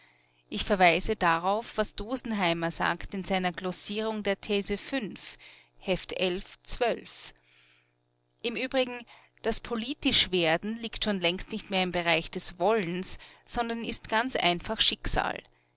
ich verweise darauf was dosenheimer sagt in seiner glossierung der these im übrigen das politischwerden liegt schon längst nicht mehr im bereich des wollens sondern ist ganz einfach schicksal